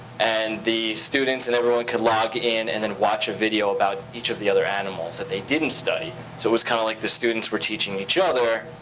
and the students and everyone could log in and then watch a video about each of the other animals that they didn't study, so it was kinda kind of like the students were teaching each other